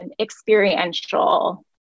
experiential